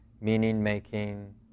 meaning-making